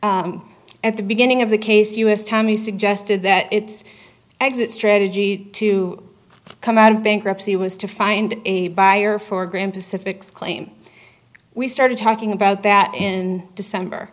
at the beginning of the case u s time he suggested that it's exit strategy to come out of bankruptcy was to find a buyer for graham pacific's claim we started talking about that in